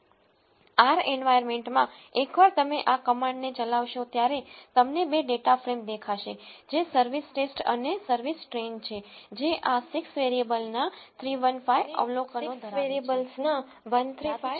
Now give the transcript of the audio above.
R એન્વાયરમેન્ટમાં એકવાર તમે આ કમાન્ડને ચલાવશો ત્યારે તમને બે ડેટા ફ્રેમ દેખાશે જે સર્વિસ ટેસ્ટ અને સર્વિસ ટ્રેઇન છે જે આ 6 વેરીએબલના 315 અવલોકનો ધરાવે છે અને 6 વેરિયેબલ્સના 135 અવલોકનો ધરાવે છે